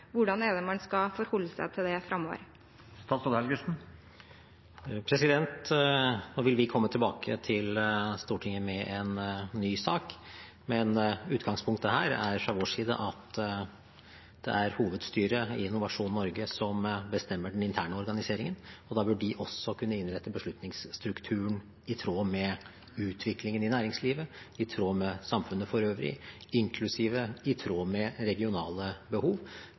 Hvordan er det man skal forholde seg til det framover? Nå vil vi komme tilbake til Stortinget med en ny sak, men utgangspunktet her er fra vår side at det er hovedstyret i Innovasjon Norge som bestemmer den interne organiseringen. Da bør de også kunne innrette beslutningsstrukturen i tråd med utviklingen i næringslivet, i tråd med samfunnet for øvrig, inklusiv i tråd med regionale behov.